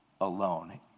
alone